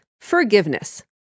forgiveness